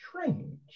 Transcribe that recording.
strange